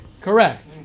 Correct